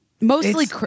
Mostly